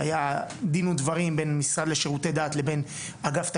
היה דין ודברים בין המשרד לשירותי דת לבין אגף תקציבים.